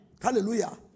Hallelujah